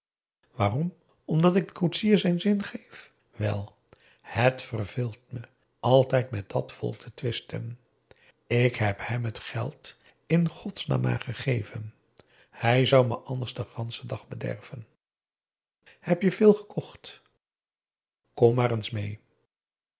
waarom omdat ik dien koetsier zijn zin geef wel het verveelt me altijd met dat volk te twisten ik heb hem t geld in godsnaam maar gegeven hij zou me anders den ganschen dag bederven heb je veel gekocht kom maar eens meê